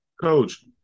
Coach